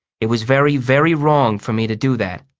it was very, very wrong for me to do that.